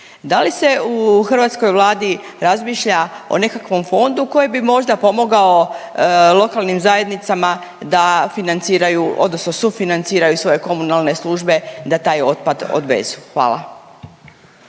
Da li se u hrvatskoj Vladi razmišlja o nekakvom fondu koji bi možda pomogao lokalnim zajednicama da financiraju, odnosno sufinanciraju svoje komunalne službe da taj otpad odvezu. Hvala.